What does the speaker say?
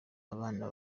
abana